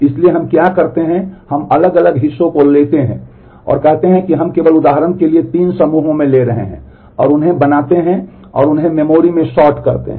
इसलिए हम क्या करते हैं हम अलग अलग हिस्सों को लेते हैं और कहते हैं कि हम केवल उदाहरण के लिए तीन समूहों में ले रहे हैं और उन्हें बनाते हैं और उन्हें मेमोरी करते हैं